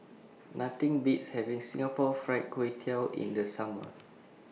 Nothing Beats having Singapore Fried Kway Tiao in The Summer